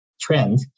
trend